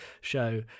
show